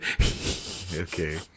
Okay